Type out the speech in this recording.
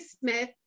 Smith